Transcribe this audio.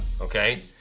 Okay